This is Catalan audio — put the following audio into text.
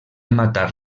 matar